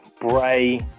Bray